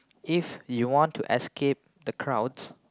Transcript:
if you want to escape the crowds